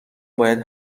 باید